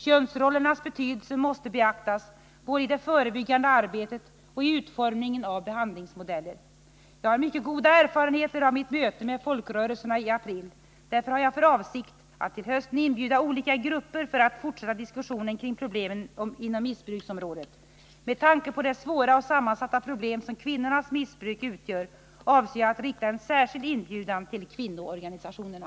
Könsrollernas betydelse måste beaktas både i det förebyggande arbetet och i utformningen av behandlingsmodeller. Jag har mycket goda erfarenheter av mitt möte med folkrörelserna i april. Därför har jag för avsikt att till hösten inbjuda olika grupper för att fortsätta diskussionen kring problemen inom missbruksområdet. Med tanke på det svåra och sammansatta problem som kvinnornas missbruk utgör avser jag att rikta en särskild inbjudan till kvinnoorganisationerna.